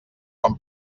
com